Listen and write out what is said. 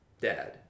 dad